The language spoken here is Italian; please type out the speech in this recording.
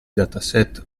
dataset